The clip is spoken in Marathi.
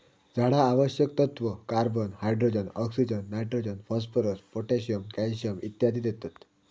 झाडा आवश्यक तत्त्व, carbon, hydrogen, oxygen, nitrogen, phosphorus, potassium, calcium इत्यादी देतत